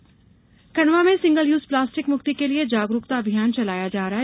plastic मुक्ति खण्डवा में single use plastic मुक्ति के लिए जागरुकता अभियान चलाया जा रहा है